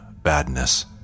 Badness